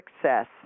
success